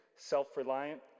self-reliant